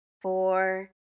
four